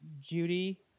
Judy